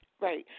Right